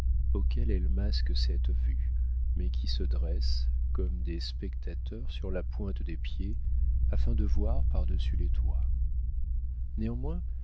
chemin auxquelles elles masquent cette vue mais qui se dressent comme des spectateurs sur la pointe des pieds afin de voir par-dessus les toits néanmoins